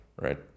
right